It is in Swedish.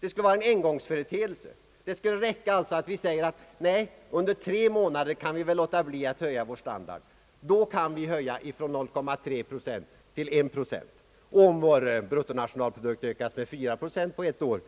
Det skulle här vara frågan om en engångsföreteelse. Det skulle räcka om vi sade: Under tre månader kan vi väl låta bli att höja vår standard. Då kan vi öka u-landsbiståndet från 0,3 till 1 procent. Om vår bruttonationalprodukt ökas med 4 procent på ett år,